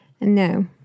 No